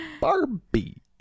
Barbie